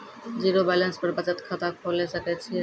Zero balance पर बचत खाता खोले सकय छियै?